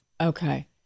Okay